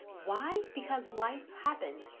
why? because life happened.